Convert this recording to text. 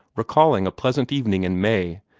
recalling a pleasant evening in may,